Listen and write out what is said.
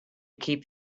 keep